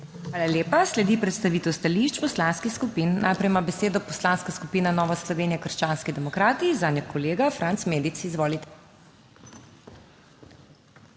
Hvala lepa. Sledi predstavitev stališč poslanskih skupin. Najprej ima besedo Poslanska skupina Nova Slovenija - krščanski demokrati, zanjo kolega Franc Medic. Izvolite.